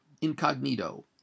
incognito